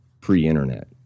pre-internet